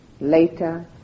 later